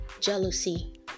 jealousy